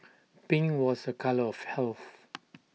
pink was A colour of health